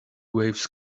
waves